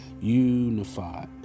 unified